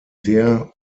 der